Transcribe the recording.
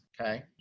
okay